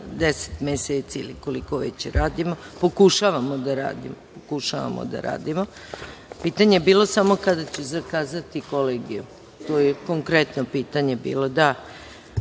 10 meseci ili koliko već radimo, pokušavamo da radimo. Pitanje je bilo samo kada ću zakazati Kolegijum. To je konkretno pitanje bilo.